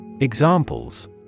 Examples